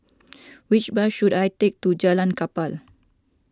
which bus should I take to Jalan Kapal